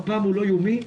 הפעם הוא לא יומי,